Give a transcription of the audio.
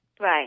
right